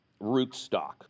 rootstock